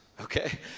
Okay